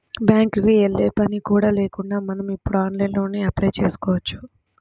బ్యేంకుకి యెల్లే పని కూడా లేకుండా మనం ఇప్పుడు ఆన్లైన్లోనే అప్లై చేసుకోవచ్చు